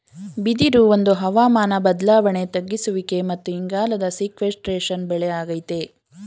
ಬಿದಿರು ಒಂದು ಹವಾಮಾನ ಬದ್ಲಾವಣೆ ತಗ್ಗಿಸುವಿಕೆ ಮತ್ತು ಇಂಗಾಲದ ಸೀಕ್ವೆಸ್ಟ್ರೇಶನ್ ಬೆಳೆ ಆಗೈತೆ